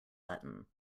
button